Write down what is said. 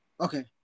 Okay